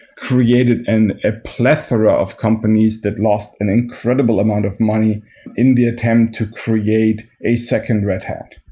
created and a plethora of companies that lost an incredible amount of money in the attempt to create a second red hat.